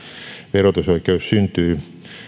verotusoikeus syntyy